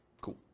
Cool